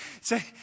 say